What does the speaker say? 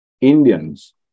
Indians